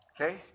okay